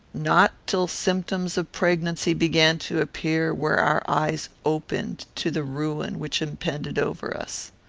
not till symptoms of pregnancy began to appear were our eyes opened to the ruin which impended over us.